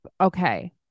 Okay